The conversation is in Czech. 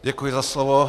Děkuji za slovo.